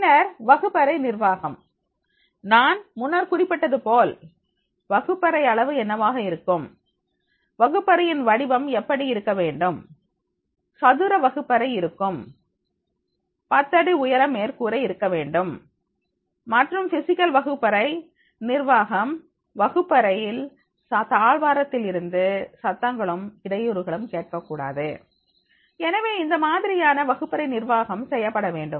பின்னர் வகுப்பறை நிர்வாகம்நான் முன்னர் குறிப்பிட்டது போல் வகுப்பறை அளவு என்னவாக இருக்கும் வகுப்பறையின் வடிவம் எப்படி இருக்க வேண்டும் சதுர வகுப்பறை இருக்கும் பத்தடி உயரம் மேற்கூரை இருக்க வேண்டும் மற்றும் பிசிகல் வகுப்பறை நிர்வாகம் வகுப்பறையில் தாழ்வாரத்தில் இருந்து சத்தங்களும் இடையூறுகளும் கேட்கக் கூடாது எனவே இந்த மாதிரியான வகுப்பறை நிர்வாகம் செய்யப்பட வேண்டும்